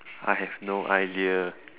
I have no idea